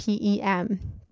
PEM